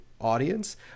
audience